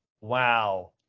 wow